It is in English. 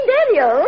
Daniel